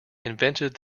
invented